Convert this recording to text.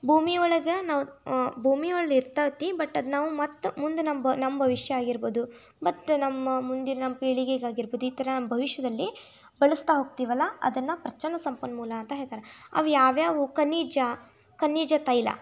ಭೂಮಿ ಒಳಗೆ ನಾವು ಭೂಮಿಯೊಳು ಇರ್ತೈತೆ ಬಟ್ ಅದು ನಾವು ಮತ್ತೆ ಮುಂದೆ ನಮ್ಮ ಬ ನಮ್ಮ ಭವಿಷ್ಯ ಆಗಿರ್ಬೋದು ಮತ್ತೆ ನಮ್ಮ ಮುಂದಿನ ಪೀಳಿಗೆಗಾಗಿರ್ಬೋದು ಈ ಥರ ಭವಿಷ್ಯದಲ್ಲಿ ಬಳಸ್ತಾ ಹೋಗ್ತಿವಲ್ಲಾ ಅದನ್ನು ಪ್ರಚ್ಛನ್ನ ಸಂಪನ್ಮೂಲ ಅಂತ ಹೇಳ್ತಾರೆ ಅವು ಯಾವು ಯಾವು ಖನಿಜ ಖನಿಜ ತೈಲ